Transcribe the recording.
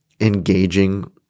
engaging